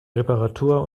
reparatur